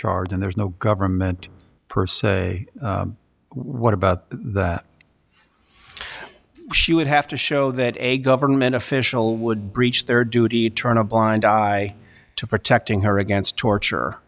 charge and there's no government per se what about the she would have to show that a government official would breach their duty turn a blind eye to protecting her against torture